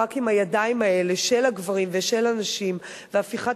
רק עם הידיים האלה של הגברים ושל הנשים והפיכת